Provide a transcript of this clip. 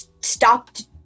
stopped